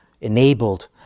enabled